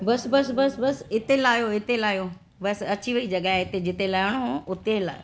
बसि बसि बसि बसि हिते लाहियो हिते लाहियो बसि अची वई जॻह जिते लहणो हुओ उते लाहियो